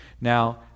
Now